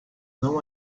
não